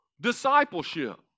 discipleship